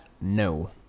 no